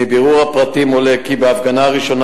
מבירור הפרטים עולה כי בהפגנה הראשונה,